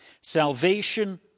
Salvation